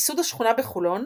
ייסוד השכונה בחולון